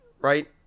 right